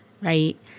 right